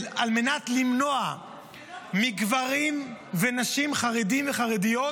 על מנת למנוע מגברים ונשים חרדים וחרדיות